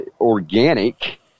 organic